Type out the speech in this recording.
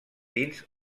dins